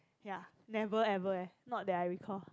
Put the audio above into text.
ya never ever eh not that I recall